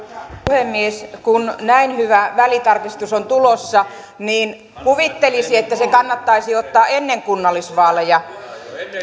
puhemies kun näin hyvä välitarkistus on tulossa niin kuvittelisi että se kannattaisi ottaa ennen kunnallisvaaleja